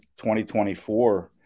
2024